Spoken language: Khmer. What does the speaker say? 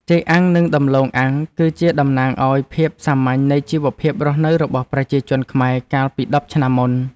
ចេកអាំងនិងដំឡូងអាំងគឺជាតំណាងឱ្យភាពសាមញ្ញនៃជីវភាពរស់នៅរបស់ប្រជាជនខ្មែរកាលពីដប់ឆ្នាំមុន។